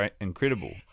incredible